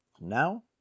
Now